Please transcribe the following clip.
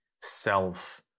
self